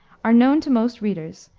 are known to most readers,